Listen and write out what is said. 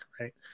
right